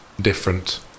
different